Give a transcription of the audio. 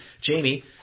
Jamie